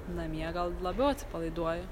namie gal labiau atsipalaiduoju